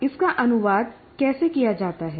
इसका अनुवाद कैसे किया जाता है